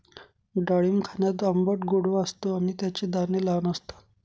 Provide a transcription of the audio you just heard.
डाळिंब खाण्यात आंबट गोडवा असतो आणि त्याचे दाणे लहान असतात